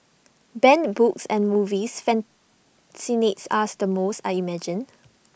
banned books and movies fascinates ask the most I imagine